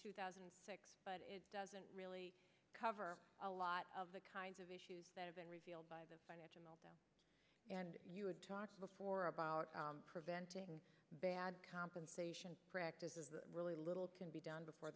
two thousand and six but it doesn't really cover a lot of the kinds of issues that have been revealed by the financial meltdown and you had talked before about preventing bad compensation practices really little can be done before